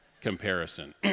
comparison